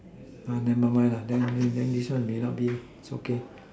never mind then then then this one may not be it's okay